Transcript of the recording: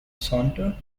saunter